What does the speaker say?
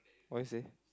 what you say